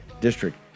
district